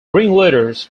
ringleaders